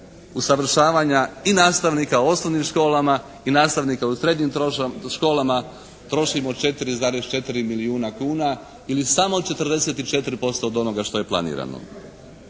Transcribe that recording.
usavršavanja i nastavnika u osnovnim školama i nastavnika u srednjim školama trošimo 4,4 milijuna kuna ili samo 44% od onoga što je planirano.